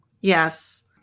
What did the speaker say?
Yes